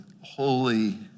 holy